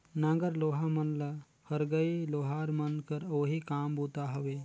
नांगर लोहा मन ल फरगई लोहार मन कर ओही काम बूता हवे